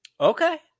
okay